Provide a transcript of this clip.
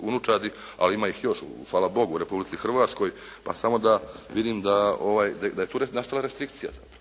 unučadi, ali ima ih još, hvala Bogu u Republici Hrvatskoj pa samo da vidim da je tu nastala restrikcija zapravo